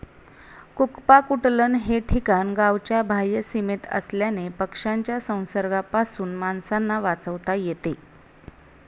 कुक्पाकुटलन हे ठिकाण गावाच्या बाह्य सीमेत असल्याने पक्ष्यांच्या संसर्गापासून माणसांना वाचवता येते